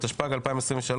התשפ"ג-2023,